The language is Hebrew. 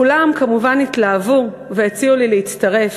כולם כמובן התלהבו והציעו לי להצטרף.